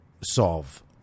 solve